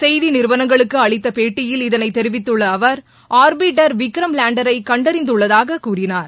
செய்தி நிறுவனங்களுக்கு அளித்த பேட்டியில் இதனைத் தெரிவித்துள்ள அவர் ஆர்பிட்டர் விக்ரம் லேண்டரை கண்டறிந்துள்ளதாக கூறினார்